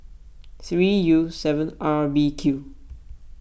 three U seven R B Q